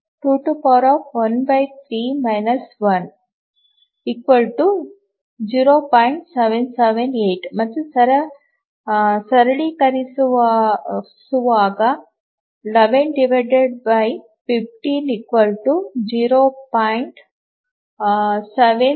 778 ಮತ್ತು ಸರಳೀಕರಿಸುವಾಗ 11150